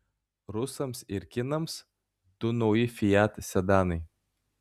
rusams ir kinams du nauji fiat sedanai